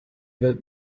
welt